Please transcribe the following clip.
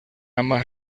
ambas